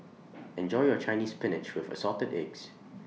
Enjoy your Chinese Spinach with Assorted Eggs